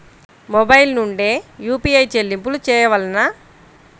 Mobile నుండే UPI చెల్లింపులు చేయవలెనా?